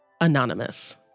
Anonymous